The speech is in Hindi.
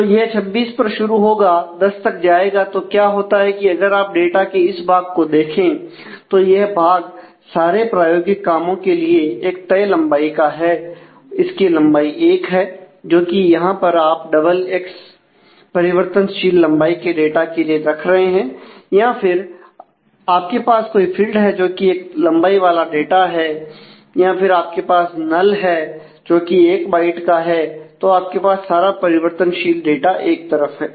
तो यह 26 पर शुरू होगा दस तक जाएगा तो क्या होता है कि अगर आप डाटा के इस भाग को देखें तो यह भाग सारे प्रायोगिक कामों के लिए एक तय लंबाई का है इसकी लंबाई 1 है जो कि यहां पर आप डबल एक्स परिवर्तनशील लंबाई के डाटा के लिए रख रहे हैं या फिर आपके पास कोई फील्ड है जो कि एक लंबाई वाला डाटा है या फिर आपके पास नल है जोकि एक बाइट का है तो आपके पास सारा परिवर्तनशील डाटा एक तरफ है